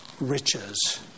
riches